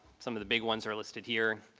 some big ones are listed here.